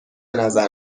نظر